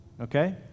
okay